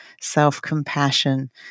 self-compassion